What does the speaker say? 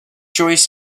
joyce